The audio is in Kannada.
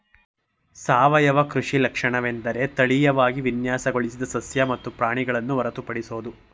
ಸಾವಯವ ಕೃಷಿ ಲಕ್ಷಣವೆಂದರೆ ತಳೀಯವಾಗಿ ವಿನ್ಯಾಸಗೊಳಿಸಿದ ಸಸ್ಯ ಮತ್ತು ಪ್ರಾಣಿಗಳನ್ನು ಹೊರತುಪಡಿಸೋದು